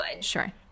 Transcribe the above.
Sure